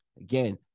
Again